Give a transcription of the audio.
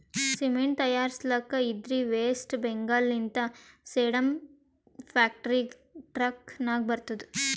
cement ತೈಯಾರ್ಸ್ಲಕ್ ಇದ್ಲಿ ವೆಸ್ಟ್ ಬೆಂಗಾಲ್ ಲಿಂತ ಸೇಡಂ ಫ್ಯಾಕ್ಟರಿಗ ಟ್ರಕ್ ನಾಗೆ ಬರ್ತುದ್